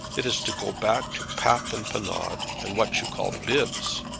it is to go back to pap and panade, and what you call bibs.